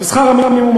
ושכר המינימום,